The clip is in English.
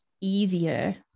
easier